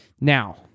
Now